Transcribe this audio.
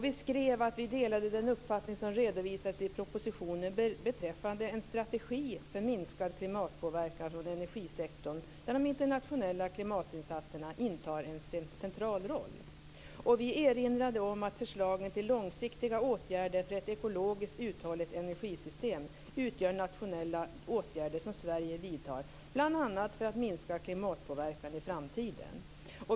Vi skrev att vi delade den uppfattning som redovisas i propositionen beträffande en strategi för minskad klimatpåverkan från energisektorn där de internationella klimatinsatserna intar en central roll. Vi erinrade om att förslagen till långsiktiga åtgärder för ett ekologiskt uthålligt energisystem utgör nationella åtgärder som Sverige vidtar, bl.a. för att minska klimatpåverkan i framtiden.